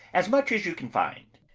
as much as you can find.